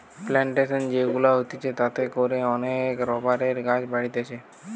plantation যে গুলা হতিছে তাতে করে অনেক রাবারের গাছ বাড়তিছে